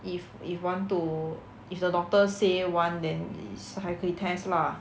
if if want to if the doctor say want then is 还可以 test lah